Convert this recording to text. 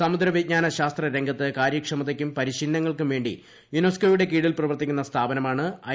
സമുദ്ര വിജ്ഞാന ശാസ്ത്ര രംഗത്ത് കാരൃക്ഷമതയ്ക്കും പരിശീലനങ്ങൾക്കും വേണ്ടി യുനെസ്കോ യുടെ കീഴിൽ പ്രവർത്തിക്കുന്ന സ്ഥാപനമാണ് ഐ